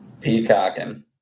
peacocking